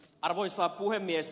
arvoisa puhemies